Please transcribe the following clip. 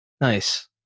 Nice